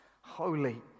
holy